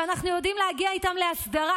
ואנחנו יודעים להגיע איתם להסדרה